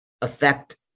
affect